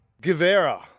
Guevara